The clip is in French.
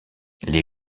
les